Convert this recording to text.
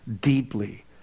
deeply